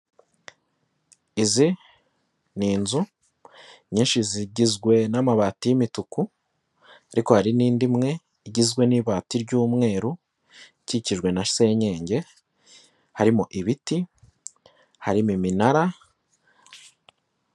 Izi ni inzu nyinshi zigizwe n'amabati y'imituku, ariko hari n'indi imwe igizwe n'ibati ry'umweru ikikijwe na senyenge, harimo ibiti, harimo iminara.